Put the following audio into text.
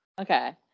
okay